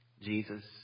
Jesus